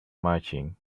marching